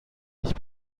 ich